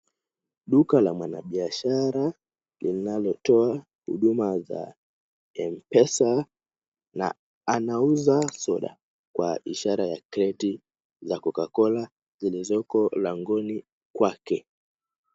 Duka la mwanabiashara linalotoa huduma za M-Pesa na anauza soda kwa ishara ya kreti ya CocaCola zilizoko langoni kwake.